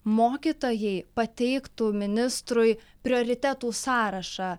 mokytojai pateiktų ministrui prioritetų sąrašą